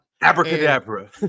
Abracadabra